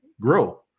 grow